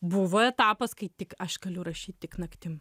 buvo etapas kai tik aš galiu rašyt tik naktim